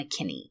McKinney